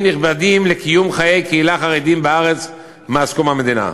נכבדים לקיום חיי קהילה חרדיים בארץ מאז קום המדינה.